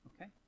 okay